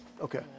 Okay